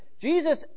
Jesus